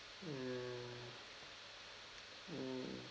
mm mm